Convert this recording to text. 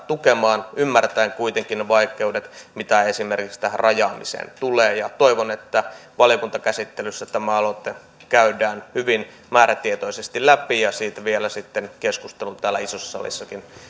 tukemaan ymmärtäen kuitenkin ne vaikeudet mitä esimerkiksi tähän rajaamiseen tulee toivon että valiokuntakäsittelyssä tämä aloite käydään hyvin määrätietoisesti läpi ja siitä sitten vielä keskustelu täällä isossa salissakin